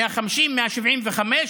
150 מיליון שקל,